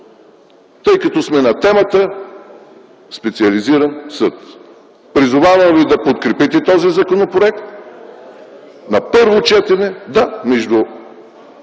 Тъй като сме на темата специализиран съд, призовавам ви да подкрепите този законопроект на първо четене. Между